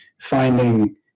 finding